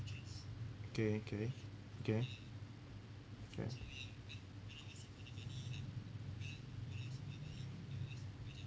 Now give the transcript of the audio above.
okay okay okay okay okay